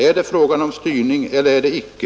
Är det fråga om styrning eller är det icke?